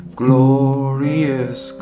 glorious